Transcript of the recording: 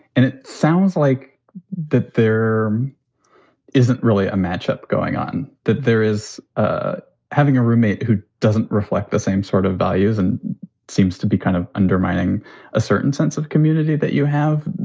and it sounds like that there isn't really a matchup going on that there is ah having a roommate who doesn't reflect the same sort of values and seems to be kind of undermining a certain sense of community that you have,